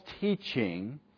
teaching